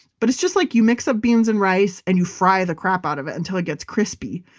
but it's just like you mix up beans and rice and you fry the crap out of it until it gets crispy.